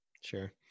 Sure